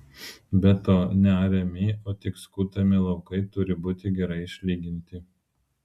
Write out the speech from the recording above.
be to neariami o tik skutami laukai turi būti gerai išlyginti